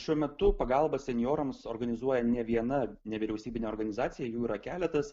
šiuo metu pagalbą senjorams organizuoja ne viena nevyriausybinė organizacija jų yra keletas